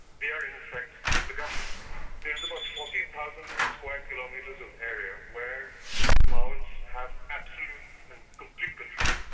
they are in fact the government. there is about forty thousand square kilometres of area where maoists have absolute and complete control,